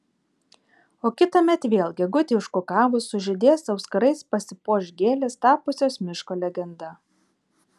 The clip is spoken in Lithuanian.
o kitąmet vėl gegutei užkukavus sužydės auskarais pasipuoš gėlės tapusios miško legenda